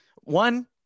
one